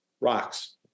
Rocks